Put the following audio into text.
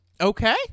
Okay